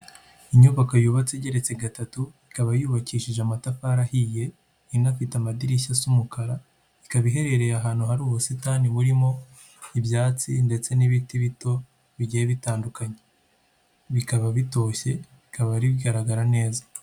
Inyubako yubatse igeretse gatatu ikaba yubakishije amatafari ahiye inafite amadirishya asa umukara ikaba iherereye ahantu hari ubusitani burimo ibyatsi ndetse n'ibiti bito bigiye bitandukanye bikaba bitoshye bikaba bigaragara neza.